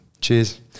Cheers